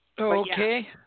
Okay